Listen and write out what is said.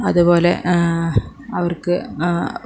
അതുപോലെ അവർക്ക്